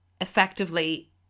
effectively